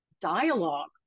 dialogue